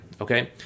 Okay